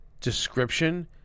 description